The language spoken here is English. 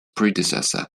predecessor